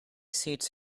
seats